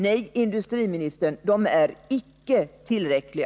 Nej, industriministern, de är icke tillräckliga.